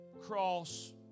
cross